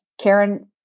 Karen